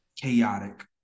chaotic